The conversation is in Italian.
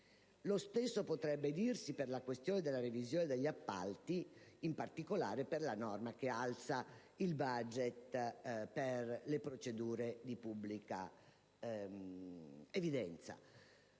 Lo stesso potrebbe dirsi per la questione della revisione degli appalti, in particolare per la norma che alza il limite per le procedure di pubblica evidenza.